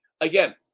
Again